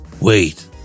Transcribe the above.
Wait